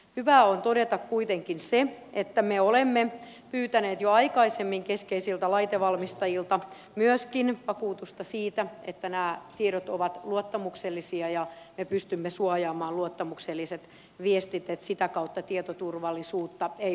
hyvä on todeta kuitenkin se että me olemme pyytäneet jo aikaisemmin keskeisiltä laitevalmistajilta myöskin vakuutusta siitä että nämä tiedot ovat luottamuksellisia ja me pystymme suojaamaan luottamukselliset viestit että sitä kautta tietoturvallisuutta ei vaarannettaisi